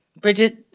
Bridget